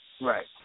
Right